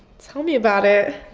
tell me about it.